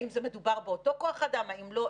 האם מדובר באותו כוח אדם, האם לא?